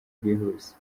bwihuse